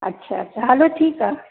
अच्छा अच्छा हलो ठीकु आहे